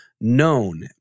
known